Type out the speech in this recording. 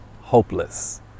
hopeless